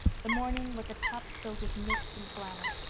the morning was a cup filled with mist and glamor.